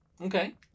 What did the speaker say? okay